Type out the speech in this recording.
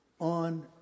on